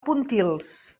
pontils